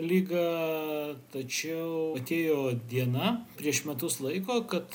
ligą tačiau atėjo diena prieš metus laiko kad